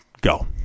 go